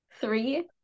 Three